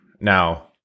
Now